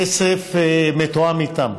הכסף מתואם איתם.